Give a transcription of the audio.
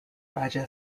raja